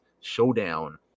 showdown